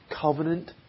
covenant